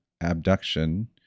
abduction